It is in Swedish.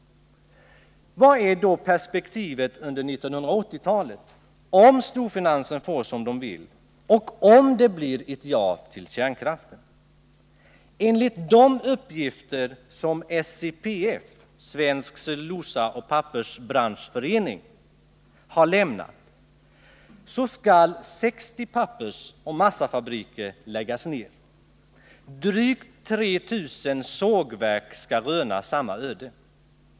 Vad är då perspektivet under 1980-talet om storfinansen får som den vill och om det blir ett ja till kärnkraften? Enligt de uppgifter som Svenska cellulosao. pappersbranschföreningen, SCPF, har lämnat skall 60 pappersoch massafabriker läggas ner, och drygt 3 000 sågverk skall röna samma öde.